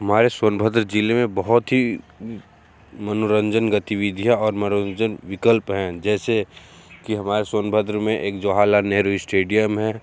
हमारे सोनभद्र ज़िले में बहुत ही मनोरंजन गतिविधियाँ और मनोरंजन विकल्प हैं जैसे कि हमारे सोनभद्र में एक जवाहरलाल नेहरू स्टेडियम है